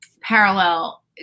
parallel